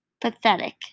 Pathetic